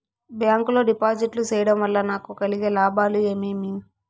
Bank లో డిపాజిట్లు సేయడం వల్ల నాకు కలిగే లాభాలు ఏమేమి?